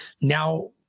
now